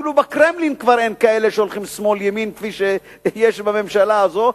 אפילו בקרמלין כבר אין כאלה שהולכים שמאל-ימין כפי שיש בממשלה הזאת,